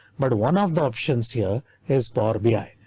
but one of the options here is power bi.